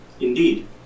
Indeed